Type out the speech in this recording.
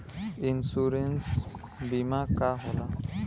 Insurance बीमा का होला?